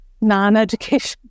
non-education